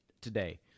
today